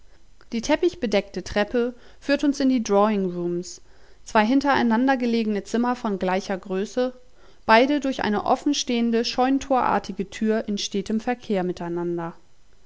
die teppichbedeckte treppe führt uns in die drawing rooms zwei hintereinander gelegene zimmer von gleicher größe beide durch eine offenstehende scheuntorartige tür in stetem verkehr